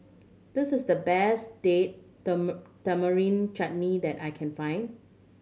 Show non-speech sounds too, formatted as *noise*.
this is the best Date *unintelligible* Tamarind Chutney that I can find